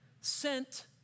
sent